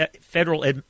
Federal